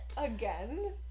again